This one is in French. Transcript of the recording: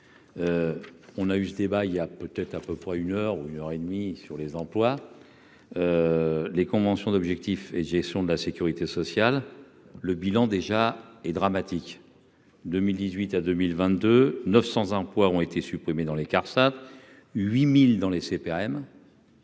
on a eu ce débat il y a peut-être à peu près une heure ou une heure et demie sur les emplois, les conventions d'objectifs et de gestion de la sécurité sociale, le bilan déjà est dramatique, 2018 à 2022 900 emplois ont été supprimés dans les ça 8000 dans les CPAM.